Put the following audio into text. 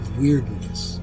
weirdness